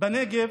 בנגב